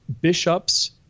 bishops